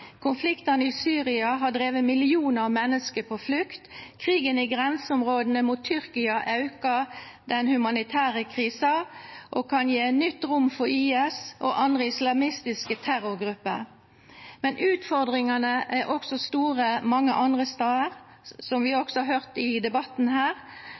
Konfliktene i Syria har drevet millioner av mennesker på flukt. Krigen i grenseområdene mot Tyrkia øker den humanitære krisen og kan gi nytt rom for IS og andre islamistiske terrorgrupper. Men utfordringene er også store mange andre steder, slik vi